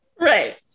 Right